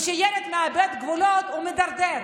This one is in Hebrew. כשילד מאבד גבולות הוא מידרדר,